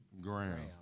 Graham